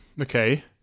okay